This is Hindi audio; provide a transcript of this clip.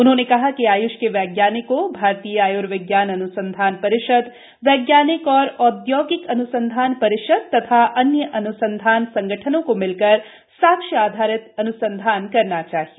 उन्होंने कहा कि आयुष के वैज्ञानिकों भारतीय आयुर्विज्ञान अन्संधान परिषद वैज्ञानिक और औद्योगिक अन्संधान परिषद और अन्य अन्संधान संगठनों को मिलकर साक्ष्य आधारित अनुसंधान करना चाहिए